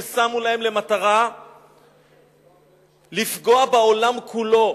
ששמו להם למטרה לפגוע בעולם כולו.